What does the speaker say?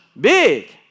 big